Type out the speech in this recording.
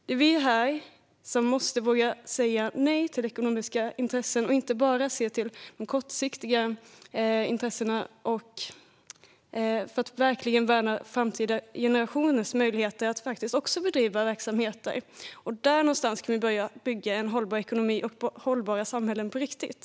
Det är vi här som måste våga säga nej till ekonomiska intressen och inte bara se till kortsiktiga intressen för att verkligen värna framtida generationers möjligheter att också bedriva verksamheter. Där någonstans måste vi börja bygga en hållbar ekonomi och hållbara samhällen på riktigt.